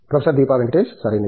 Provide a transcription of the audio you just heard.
professor Deepa Venkatesh సరైనది